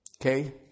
okay